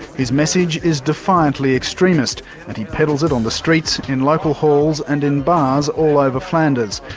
his message is defiantly extremist and he peddles it on the streets, in local halls and in bars all over flanders,